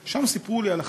ושם סיפרו לי על החבר'ה.